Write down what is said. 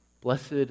Blessed